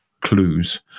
clues